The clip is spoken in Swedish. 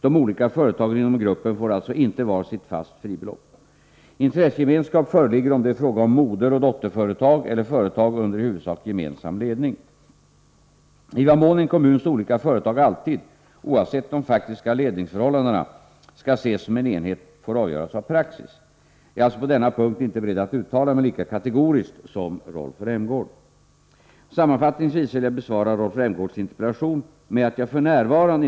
De olika företagen inom gruppen får alltså inte var sitt fast fribelopp. Intressegemenskap föreligger om det är fråga om moderoch dotterföretag eller företag under i huvudsak gemensam ledning. I vad mån en kommuns olika företag alltid — oavsett de faktiska ledningsförhållandena — skall ses som en enhet får avgöras av praxis. Jag är alltså på denna punkt inte beredd att uttala mig lika kategoriskt som Rolf Rämgård. Sammanfattningsvis vill jag besvara Rolf Rämgårds interpellation med att jagf.n.